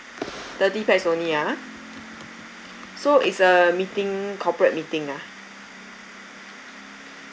thirty pax only ah so it's a meeting corporate meeting ah